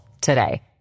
today